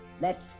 Let